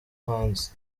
hanze